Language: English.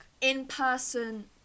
in-person